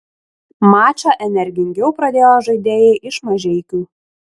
mačą energingiau pradėjo žaidėjai iš mažeikių